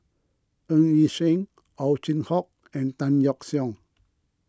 Ng Yi Sheng Ow Chin Hock and Tan Yeok Seong